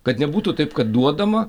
kad nebūtų taip kad duodama